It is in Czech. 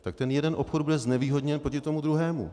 Tak ten jeden obchod bude znevýhodněn proti tomu druhému.